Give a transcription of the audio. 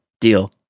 deal